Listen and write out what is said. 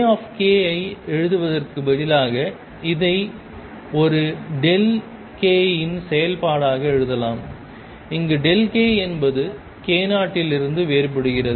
A ஐ எழுதுவதற்கு பதிலாக இதை ஒரு k இன் செயல்பாடாக எழுதலாம் இங்கு k என்பது k 0 இலிருந்து வேறுபடுகிறது